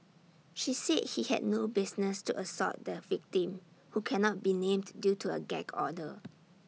she said he had no business to assault the victim who cannot be named due to A gag order